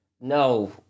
No